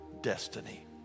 destiny